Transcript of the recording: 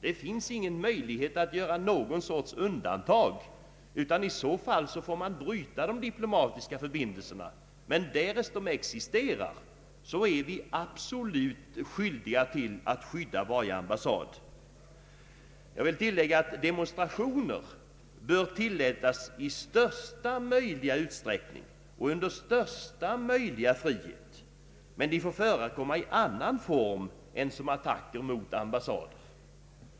Det finns ingen möjlighet att göra någon sorts undantag, utan i så fall får man bryta de diplomatiska förbindelserna. Därest sådana existerar är vi skyldiga att skydda varje ambassad. Jag vill tillägga att demonstrationer bör tilllåtas i största möjliga utsträckning och under största möjliga frihet, men de får förekomma i annan form än som attacker mot ambassader.